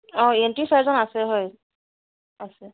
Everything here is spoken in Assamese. অঁ ই এন টি চাৰ্জন আছে হয় আছে